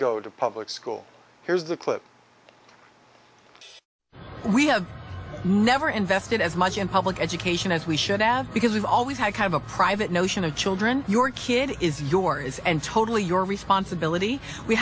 go to public school here's the clip we have never invested as much in public education as we should have because we've always had kind of a private notion of children your kid is yours and totally your responsibility we